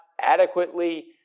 adequately